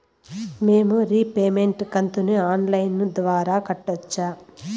మేము రీపేమెంట్ కంతును online ద్వారా కట్టొచ్చా